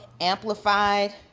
amplified